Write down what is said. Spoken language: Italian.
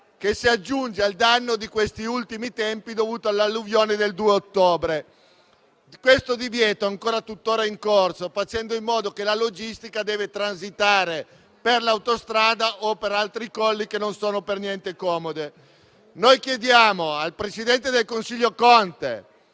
che si aggiunge al danno di questi ultimi tempi dovuto all'alluvione del 2 ottobre scorso. Questo divieto è ancora in corso, con la conseguenza che la logistica deve transitare per l'autostrada o altri colli che non sono per niente comodi. Noi chiediamo al presidente del Consiglio Conte,